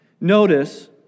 Notice